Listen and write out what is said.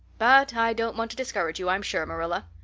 but i don't want to discourage you i'm sure, marilla.